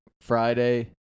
Friday